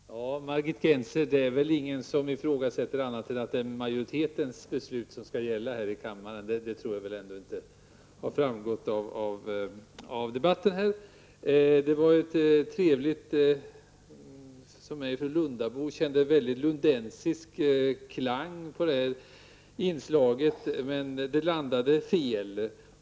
Fru talman! Margit Gennser, det är väl ingen som ifrågasätter annat än att det är majoritetens beslut som skall gälla i kammaren. Det tror jag ändå har framgått av debatten. För mig som Lundabo var det trevligt att känna en lundensisk klang i detta inslag. Men det landade fel.